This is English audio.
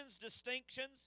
distinctions